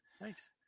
nice